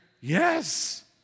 yes